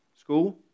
School